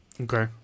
Okay